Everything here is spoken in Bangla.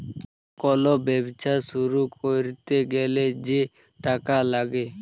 কল ব্যবছা শুরু ক্যইরতে গ্যালে যে টাকা ল্যাগে